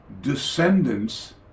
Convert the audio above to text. descendants